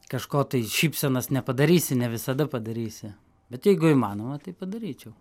kažko tai šypsenas nepadarysi ne visada padarysi bet jeigu įmanoma tai padaryčiau